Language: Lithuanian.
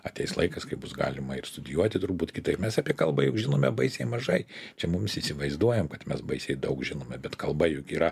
ateis laikas kai bus galima ir studijuoti turbūt kitaip mes apie kalbą jau žinome baisiai mažai čia mums įsivaizduojam kad mes baisiai daug žinome bet kalba juk yra